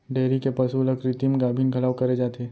dairy के पसु ल कृत्रिम गाभिन घलौ करे जाथे